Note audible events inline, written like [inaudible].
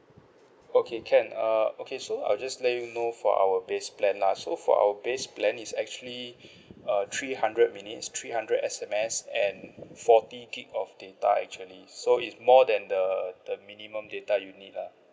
okay can err okay so I'll just let you know for our base plan lah so for our base plan is actually [breath] uh three hundred minutes three hundred S_M_S and forty gigabyte of data actually so is more than the the minimum data you need lah